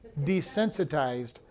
desensitized